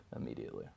immediately